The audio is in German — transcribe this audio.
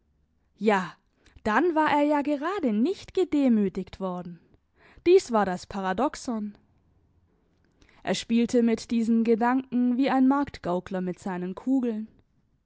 ja dann war er ja gerade nicht gedemütigt worden dies war das paradoxon er spielt mit diesen gedanken wie ein marktgaukler mit seinen kugeln